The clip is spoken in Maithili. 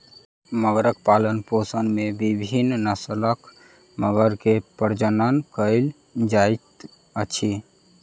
मगरक पालनपोषण में विभिन्न नस्लक मगर के प्रजनन कयल जाइत अछि